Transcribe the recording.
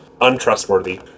untrustworthy